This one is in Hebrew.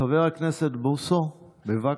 חבר הכנסת בוסו, בבקשה.